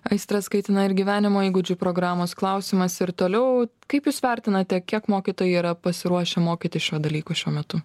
aistras kaitina ir gyvenimo įgūdžių programos klausimas ir toliau kaip jūs vertinate kiek mokytojai yra pasiruošę mokytis šio dalyko šiuo metu